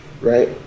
Right